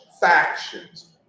factions